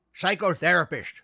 psychotherapist